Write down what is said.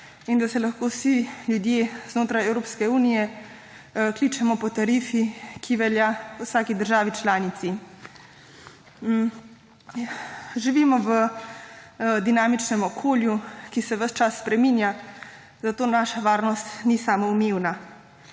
in da se lahko vsi ljudje znotraj Evropske unije kličemo po tarifi, ki velja v vsaki državni članici. Živimo v dinamičnem okolju, ki se ves čas spreminja, zato naša varnost ni samoumevna.